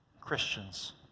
Christians